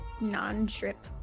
non-trip